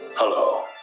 Hello